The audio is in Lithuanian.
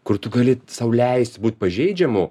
kur tu gali sau leisti būti pažeidžiamu